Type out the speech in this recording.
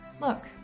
Look